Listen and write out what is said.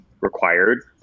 required